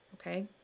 Okay